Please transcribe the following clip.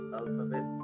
alphabet